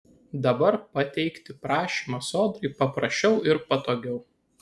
dabar pateikti prašymą sodrai paprasčiau ir patogiau